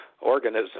organism